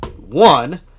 one